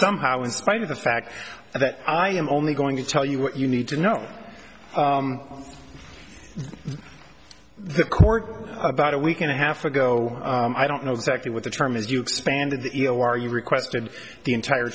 somehow in spite of the fact that i am only going to tell you what you need to know the court about a week and a half ago i don't know exactly what the term is you expanded the are you requested the entire